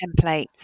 templates